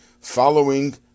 following